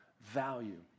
value